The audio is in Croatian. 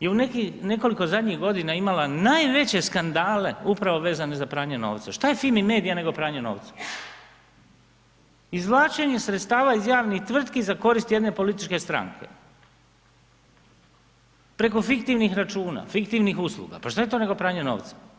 je u nekoliko zadnjih godina imala najveće skandale upravo vezane za pranje novca, šta je Fimi Medija nego pranje novca?, izvlačenje sredstava iz javnih tvrtki za koriste jedne političke stranke preko fiktivnih računa, fiktivnih usluga, pa šta je to nego pranje novca.